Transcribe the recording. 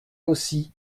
aussi